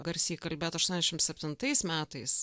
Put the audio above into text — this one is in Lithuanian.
garsiai kalbėt aštuoniasdešim septintais metais